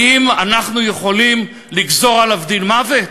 האם אנחנו יכולים לגזור עליו דין מוות?